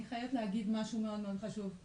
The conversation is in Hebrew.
אני חייבת להגיד משהו מאוד מאוד חשוב,